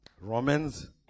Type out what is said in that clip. romans